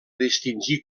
distingir